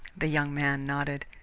the young man nodded.